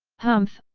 humph,